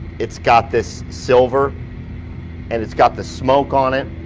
it's got this silver and it's got the smoke on it.